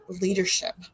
leadership